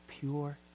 pure